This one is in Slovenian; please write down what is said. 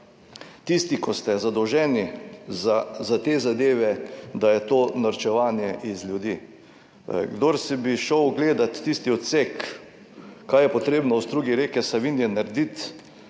tisti, ki ste zadolženi za te zadeve, da je to norčevanje iz ljudi. Kdor si bi šel ogledat tisti odsek, kaj je potrebno v strugi reke Savinje narediti,